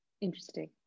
Interesting